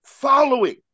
Following